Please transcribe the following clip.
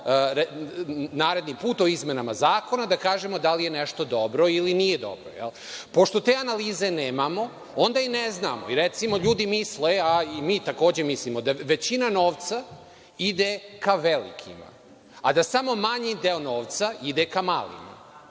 naredni put o izmenama zakona da kažemo da li je nešto dobro ili nije dobro. Pošto te analize nemamo, onda i ne znamo, recimo, ljudi misle a i mi takođe mislimo da većina novca ide ka velikima, a da samo manji deo novca ide ka malima.